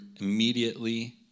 immediately